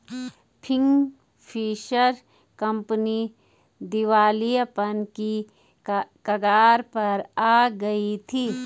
Kingfisher company दिवालियापन की कगार पर आ गई थी